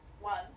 one